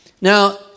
Now